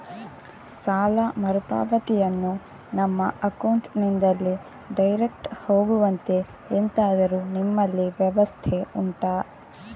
ಸಾಲ ಮರುಪಾವತಿಯನ್ನು ನಮ್ಮ ಅಕೌಂಟ್ ನಿಂದಲೇ ಡೈರೆಕ್ಟ್ ಹೋಗುವಂತೆ ಎಂತಾದರು ನಿಮ್ಮಲ್ಲಿ ವ್ಯವಸ್ಥೆ ಉಂಟಾ